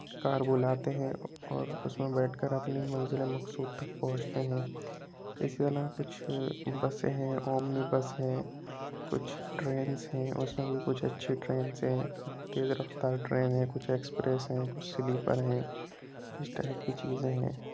کار بُلاتے ہیں اور اُس میں بیٹھ کر اپنی منزلِ مقصود تک پہنچتے ہیں اِسی طرح کچھ بسیں ہیں اومنی بس ہیں کچھ ٹرینس ہیں اُس میں بھی کچھ اچھی ٹرینس ہیں کچھ تیز رفتار ٹرین ہیں کچھ ایکسپریس ہیں کچھ سلیپر ہیں اِس ٹائپ کی چیزیں ہیں